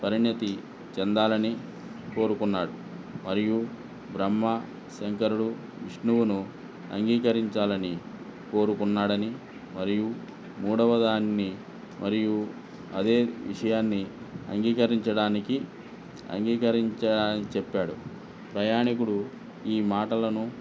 పరిణితి చెందాలని కోరుకున్నాడు మరియు బ్రహ్మ శంకరుడు విష్ణువుని అంగీకరించాలని కోరుకున్నాడని మరియు మూడొవ దాన్ని మరియు అదే విషయాన్ని అంగీకరించడానికి అంగీకరించడానికి చెప్పాడు ప్రయాణికుడు ఈ మాటలను